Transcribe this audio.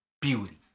beauty